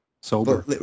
Sober